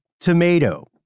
Tomato